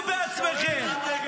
אתם חסרי עמוד שדרה.